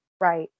Right